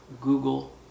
Google